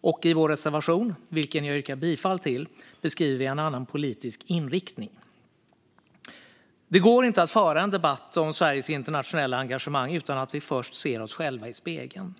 och i vår reservation, vilken jag yrkar bifall till, beskriver vi en annan politisk inriktning. Det går inte att föra en debatt om Sveriges internationella engagemang utan att vi först ser oss själva i spegeln.